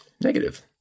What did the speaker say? Negative